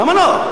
למה לא?